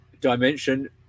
dimension